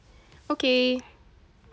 okay